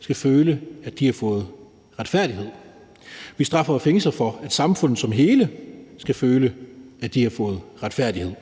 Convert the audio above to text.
skal føle, at de har fået retfærdighed. Vi straffer og fængsler for, at samfundet som hele skal føle, at de har fået retfærdighed.